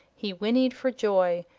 he whinnied for joy,